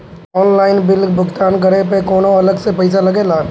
Online bill भुगतान करे पर कौनो अलग से पईसा लगेला?